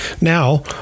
Now